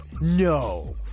No